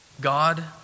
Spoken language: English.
God